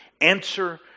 Answer